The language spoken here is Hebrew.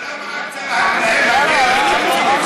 זה נשמע.